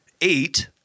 eight